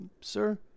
sir